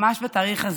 ממש בתאריך הזה,